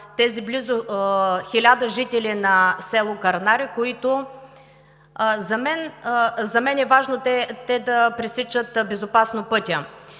тези близо 1000 жители на село Кърнаре, които за мен е важно да пресичат безопасно пътя.